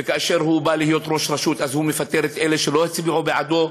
וכאשר הוא בא להיות ראש רשות הוא מפטר את אלה שלא הצביעו בעדו.